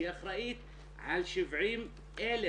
שהיא אחראית על 70,000,